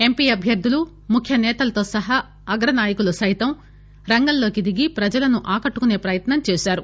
MP అభ్యర్థులు ముఖ్యనేతలు సహా అగ్రనాయకులు సైతం రంగంలోకి దిగి ప్రజలను ఆకట్టుకునే ప్రయత్నం చేశారు